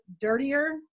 dirtier